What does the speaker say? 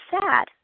sad